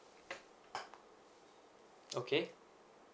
okay